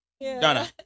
Donna